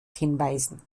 hinweisen